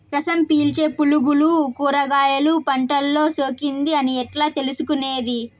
రసం పీల్చే పులుగులు కూరగాయలు పంటలో సోకింది అని ఎట్లా తెలుసుకునేది?